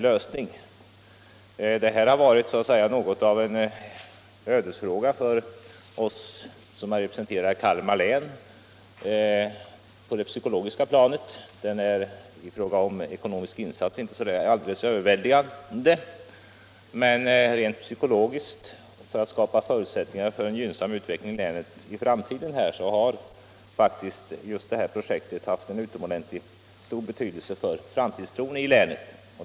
På det psykologiska planet har detta varit något av en ödesfråga för oss som representerar Kalmar län. Vad gäller den ekonomiska insatsen är den väl inte så överväldigande, men rent psykologiskt — alltså för att skapa en gynnsam utveckling i länet i framtiden och för framtidstron i länet — har detta projekt haft utomordentligt stor betydelse.